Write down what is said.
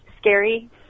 Scary